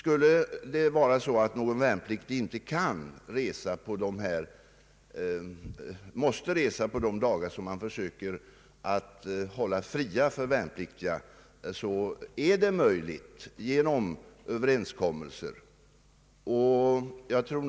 Om en värnpliktig måste resa under någon av de dagar som man försöker hålla fria från militära resor, är det möjligt att träffa en överenskommelse om undantag från huvudregeln.